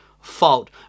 fault